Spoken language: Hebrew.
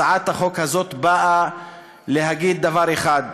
הצעת החוק הזאת באה לומר דבר אחד: